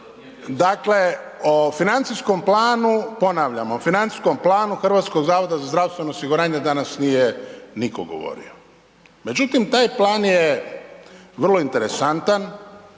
Dakle, o financijskom planu, ponavljam o financijskom planu HZZO-a danas nije nitko govorio. Međutim, taj plan je vrlo interesantan,